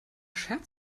schert